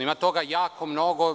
Ima toga jako mnogo.